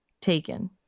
taken